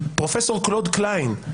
פרופ' קלוד קליין,